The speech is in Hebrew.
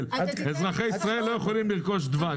אזרחי ישראל לא יכולים לרכוש דבש.